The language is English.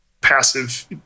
passive